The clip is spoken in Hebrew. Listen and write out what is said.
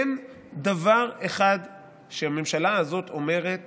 אין דבר אחד שהממשלה הזאת אומרת